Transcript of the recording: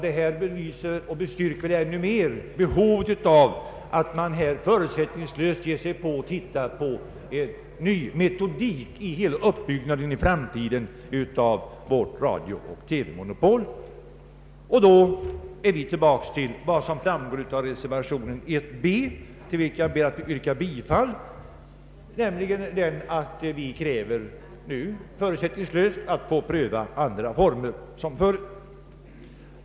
Det belyser än mer behovet av att förutsättningslöst undersöka och pröva en ny metodik för den framtida uppbyggnaden av vårt radiooch TV-väsende. Detta framgår av reservation 1 b, till vilken jag ber att få yrka bifall. I den kräver vi att man förutsättningslöst prövar andra former.